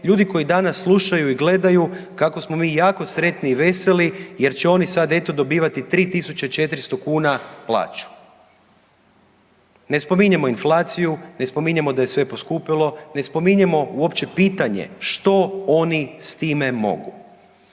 ljudi koji danas slušaju i gledaju kako smo mi jako sretni i veseli jer će oni sad, eto, dobivati 3 400 kuna plaću. Ne spominjemo inflaciju, ne spominjemo da je sve poskupilo, ne spominjemo uopće pitanje što oni s time mogu.